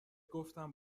گفتم